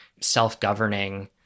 self-governing